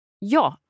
Ja